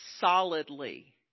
solidly